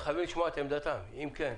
חייבים לשמוע את עמדתם, אם כן.